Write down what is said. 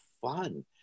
fun